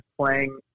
playing